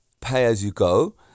pay-as-you-go